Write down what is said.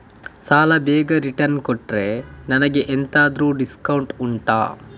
ಸಾಲ ಬೇಗ ರಿಟರ್ನ್ ಕೊಟ್ರೆ ನನಗೆ ಎಂತಾದ್ರೂ ಡಿಸ್ಕೌಂಟ್ ಉಂಟಾ